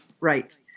Right